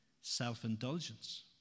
self-indulgence